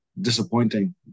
disappointing